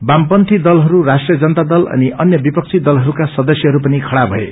वामपन्यी दलहरू राष्ट्रिय जनाता दल अनि अन्य विपक्षी दलहरूका सदस्यहरू पनि खड़ा भए